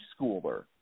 schooler